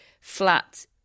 flat